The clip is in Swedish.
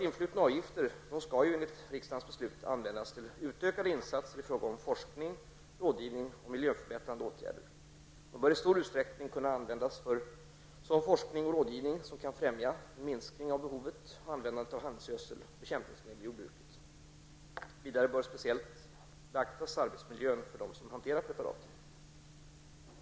Influtna avgifter skall enligt riksdagens beslut användas till utökade insatser i fråga om forskning, rådgivning och miljöförbättrande åtgärder. De bör i stor utsträckning kunna användas för sådan forskning och rådgivning som kan främja en minskning av behovet och användandet av handelsgödsel och bekämpningsmedel i jordbruket. Vidare bör speciellt beaktas arbetsmiljön för dem som hanterar preparaten.